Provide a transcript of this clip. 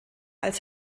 als